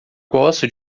gosto